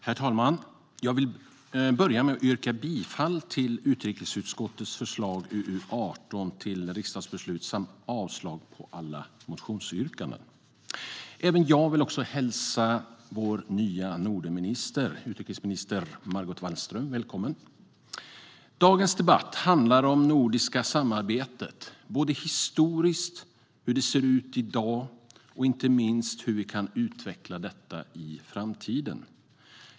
Herr talman! Jag vill börja med att yrka bifall till utrikesutskottets förslag till riksdagsbeslut i UU18 samt avslag på alla motionsyrkanden. Även jag vill hälsa vår nya Nordenminister, utrikesminister Margot Wallström, välkommen. Dagens debatt handlar om det nordiska samarbetet både historiskt, hur det ser ut i dag och inte minst hur vi kan utveckla det i framtiden.